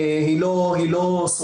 היא לא סודית,